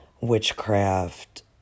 witchcraft